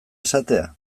esatea